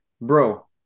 bro